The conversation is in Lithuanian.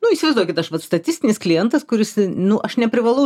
nu įsivaizduokit aš vat statistinis klientas kuris nu aš neprivalau